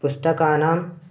पुस्तकानाम्